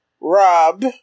Rob